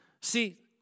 See